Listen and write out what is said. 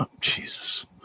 Jesus